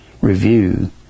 review